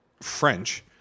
French